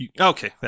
Okay